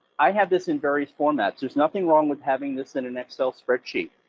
i have this in various formats. there's nothing wrong with having this in an excel spreadsheet,